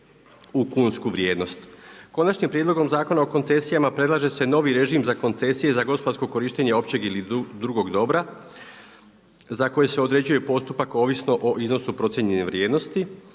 u kunsku vrijednost. Konačnom prijedlogom Zakona o koncesijama predlaže se novi režim za koncesije za gospodarsko korištenje općeg ili drugog dobra za koje se određuje postupak ovisno o iznosu procijenjene vrijednosti.